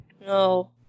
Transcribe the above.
No